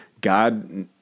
God